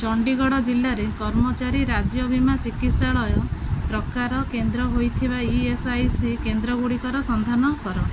ଚଣ୍ଡୀଗଡ଼ ଜିଲ୍ଲାରେ କର୍ମଚାରୀ ରାଜ୍ୟ ବୀମା ଚିକିତ୍ସାଳୟ ପ୍ରକାର କେନ୍ଦ୍ର ହୋଇଥିବା ଇ ଏସ୍ ଆଇ ସି କେନ୍ଦ୍ରଗୁଡ଼ିକର ସନ୍ଧାନ କର